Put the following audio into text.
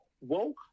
WOKE